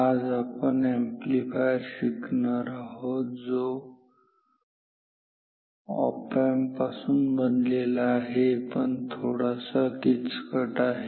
आज आपण अॅम्प्लीफायर शिकणार आहोत जो ऑप एम्प पासून बनलेला आहे पण थोडासा किचकट आहे